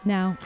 Now